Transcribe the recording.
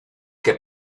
que